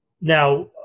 Now